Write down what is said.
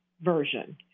version